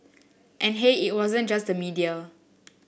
and hey it wasn't just the media